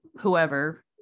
whoever